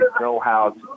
know-how